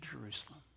Jerusalem